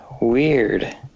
weird